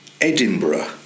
Edinburgh